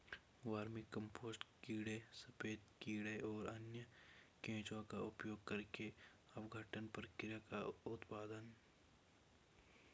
vermicompost कीड़े सफेद कीड़े और अन्य केंचुए का उपयोग करके अपघटन प्रक्रिया का उत्पाद है